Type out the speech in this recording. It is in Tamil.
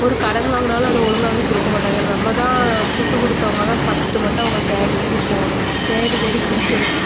ஒரு கடன் வாங்கினாலும் அதை ஒழுங்கா வந்து கொடுக்க மாட்டாங்க நம்ம தான் துட்டு கொடுத்தவங்க தான் பத்து மட்டம் அவங்கள தேடித்தேடி போவணும் தேடித்தேடி பிரிக்கணும்